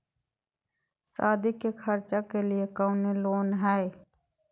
सादी के खर्चा के लिए कौनो लोन है?